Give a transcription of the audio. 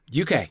UK